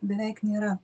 beveik nėra